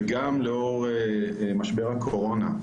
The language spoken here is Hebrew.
וגם לאור משבר הקורונה.